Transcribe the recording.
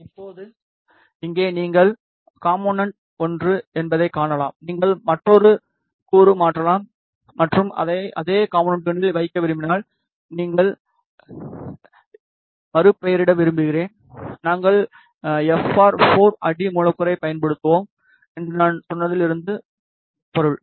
இப்போது இங்கே நீங்கள் காம்போனென்ட் ஒன்று என்பதைக் காணலாம் நீங்கள் மற்றொரு கூறு மாற்றலாம் மற்றும் அதை அதே காம்போனென்ட்களில் வைக்க விரும்பினால் நீங்கள் என மறுபெயரிட விரும்புகிறேன் நாங்கள் எஃப்ஆர் 4 அடி மூலக்கூறைப் பயன்படுத்துகிறோம் என்று நான் சொன்னதிலிருந்து பொருள்